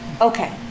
okay